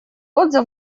отзыв